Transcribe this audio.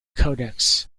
codex